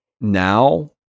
now